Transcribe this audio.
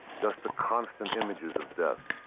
just the constant images of death,